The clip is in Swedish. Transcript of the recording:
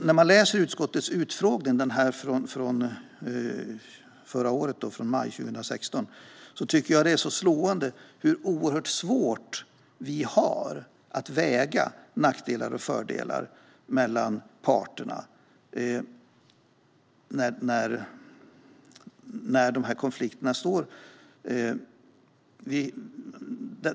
När jag läser utskottets utfrågning från maj 2016 tycker jag att det är slående hur oerhört svårt vi har att väga nackdelar och fördelar mellan parterna i de här konflikterna.